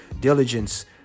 diligence